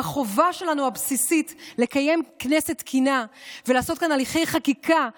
בחובה הבסיסית שלנו לקיים כנסת תקינה ולעשות כאן הליכי חקיקה ראויים,